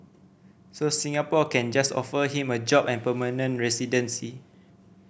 so Singapore can just offer him a job and permanent residency